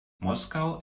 moskau